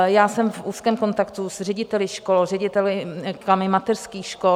Já jsem v úzkém kontaktu s řediteli škol, řediteli mateřských škol.